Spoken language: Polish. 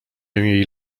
jej